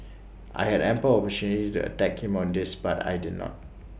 I had ample opportunity to attack him on this but I did not